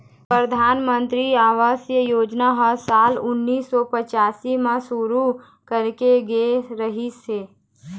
परधानमंतरी आवास योजना ह साल उन्नीस सौ पच्चाइस म शुरू करे गे रिहिस हे